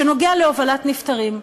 שנוגע להובלת נפטרים.